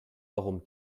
warum